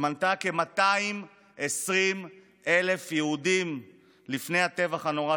שמנתה כ-220,000 יהודים לפני הטבח הנורא